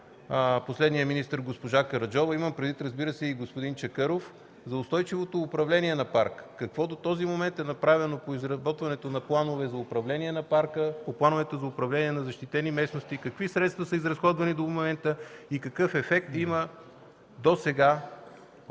последния министър госпожа Караджова, разбира се, имам предвид и господин Чакъров – за устойчивото управление на парка? Какво до този момент е направено по изработването на планове за управление на парка, по плановете за управление на защитени местности? Какви средства са изразходвани до момента и какъв ефект има досега